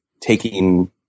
taking